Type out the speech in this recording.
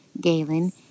Galen